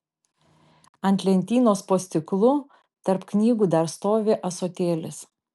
ant lentynos po stiklu tarp knygų dar stovi ąsotėlis